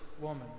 woman